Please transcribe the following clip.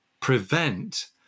prevent